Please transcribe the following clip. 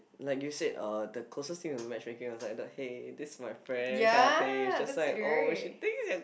like you said uh the closest thing to match making was like the hey this is my friend kind of thing just like oh she thinks that